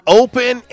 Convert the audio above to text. open